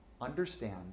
understand